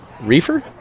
Reefer